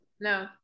no